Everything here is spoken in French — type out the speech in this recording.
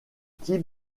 type